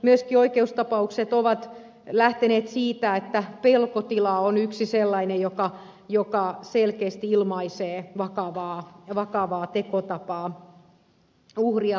myöskin oikeustapaukset ovat lähteneet siitä että pelkotila on yksi sellainen joka selkeästi ilmaisee vakavaa tekotapaa uhria kohtaan